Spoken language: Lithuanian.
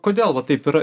kodėl va taip yra